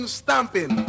stamping